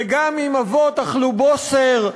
וגם אם אבות אכלו בוסר,